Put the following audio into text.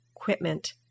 equipment